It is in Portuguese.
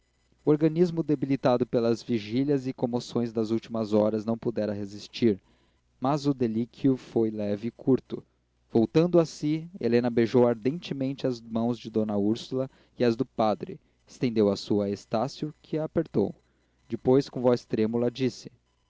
o organismo debilitado pelas vigílias e comoções das últimas horas não pudera resistir mas o delíquio foi leve e curto voltando a si helena beijou ardentemente as mãos de d úrsula e as do padre estendeu a sua a estácio que a apertou depois com voz trêmula disse